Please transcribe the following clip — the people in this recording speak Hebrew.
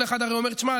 כל אחד הרי אומר: תשמע,